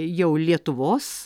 jau lietuvos